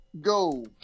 Go